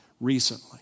recently